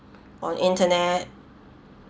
on internet